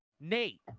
Nate